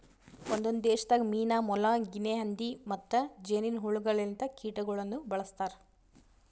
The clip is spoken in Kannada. ಒಂದೊಂದು ದೇಶದಾಗ್ ಮೀನಾ, ಮೊಲ, ಗಿನೆ ಹಂದಿ ಮತ್ತ್ ಜೇನಿನ್ ಹುಳ ಲಿಂತ ಕೀಟಗೊಳನು ಬಳ್ಸತಾರ್